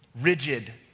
Rigid